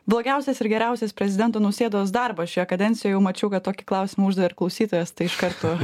blogiausias ir geriausias prezidento nausėdos darbas šioj kadencijoj jau mačiau kad tokį klausimą uždavė ir klausytojas iš karto